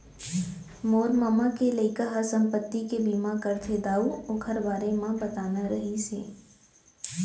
मोर ममा के लइका ह संपत्ति के बीमा करथे दाऊ,, ओकरे बारे म बताना रहिस हे